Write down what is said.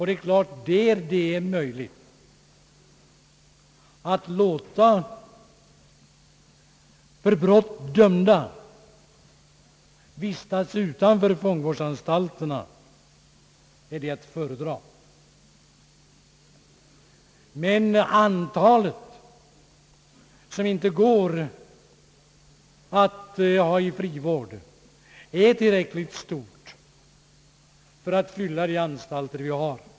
Det är klart att frivård är att föredra i den mån det är möjligt att låta för brott dömda vistas utanför fångvårdsanstalterna. Men antalet som det inte går att ha i frivård är tillräckligt stort för att fylla de anstalter vi har.